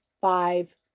five